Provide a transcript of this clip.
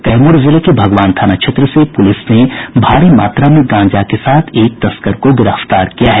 कैमूर जिले के भगवान थाना क्षेत्र से पुलिस ने भारी मात्रा में गांजा के साथ एक तस्कर को गिरफ्तार किया है